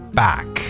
back